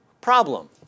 problem